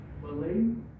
Believe